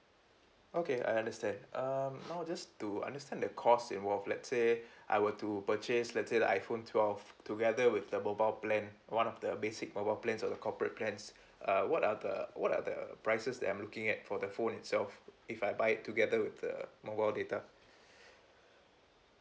okay I understand um now I just to understand the cost involved let's say I were to purchase let say the iphone twelve together with the mobile plan one of the basic mobile plans or the corporate plans uh what are the what are the prices that I'm looking at for the phone itself if I buy it together with the mobile data